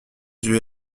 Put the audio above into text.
yeux